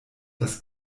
dass